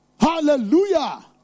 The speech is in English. Hallelujah